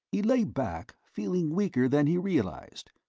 he lay back, feeling weaker than he realized.